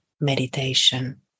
meditation